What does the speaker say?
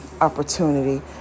opportunity